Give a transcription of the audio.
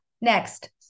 Next